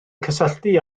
cysylltu